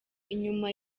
inyuma